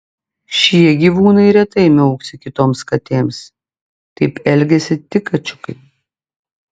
šie gyvūnai retai miauksi kitoms katėms taip elgiasi tik kačiukai